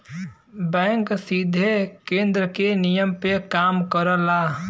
bank सीधे केन्द्र के नियम पे काम करला